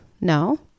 No